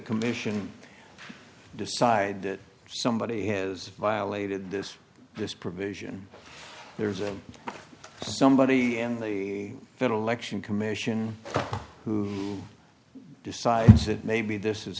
commission decide that somebody has violated this this provision there's somebody in the federal election commission who decides that maybe this